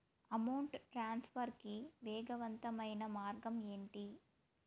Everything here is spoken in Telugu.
అమౌంట్ ట్రాన్స్ఫర్ కి వేగవంతమైన మార్గం ఏంటి